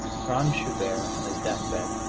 franz schubert, on his deathbed,